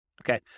Okay